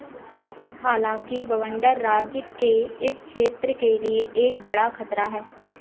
हालाँकि बवंडर राज्य के इस क्षेत्र के लिए एक बड़ा खतरा है